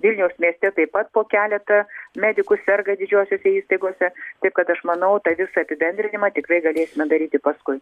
vilniaus mieste taip pat po keletą medikų serga didžiosiose įstaigose taip kad aš manau tą visą apibendrinimą tikrai galėsime daryti paskui